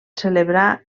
celebrar